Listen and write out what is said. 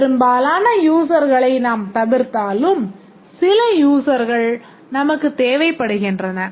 பெரும்பாலான யூசர்களை நாம் தவிர்த்தாலும் சில யூசர்கள் நமக்குத் தேவைப்படுகின்றன